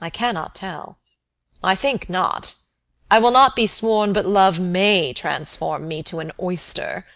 i cannot tell i think not i will not be sworn but love may transform me to an oyster